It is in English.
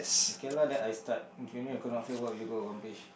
okay lah then I start if you knew you could not fail what will you go accomplish